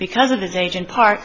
because of his age and part